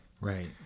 Right